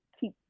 keep